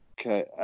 Okay